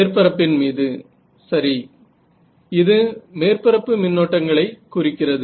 மேற்பரப்பின் மீது சரி இது மேற்பரப்பு மின்னோட்டங்களை குறிக்கிறது